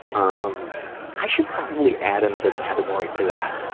um i should probably add another category to that.